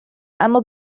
اما